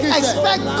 expect